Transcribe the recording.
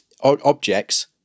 objects